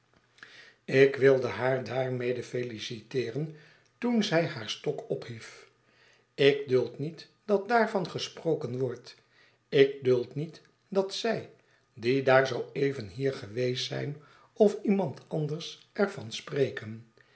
ik wilde haar daarmede feliciteeren toen zij haar stok ophief ik duld niet dat daarvan gesproken wordt ik duld niet dat zij die daar zoo even hier geweest zijn of iemand anders er van spreken